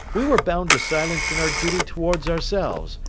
we were bound to silence in our duty towards ourselves,